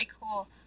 cool